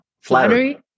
Flattery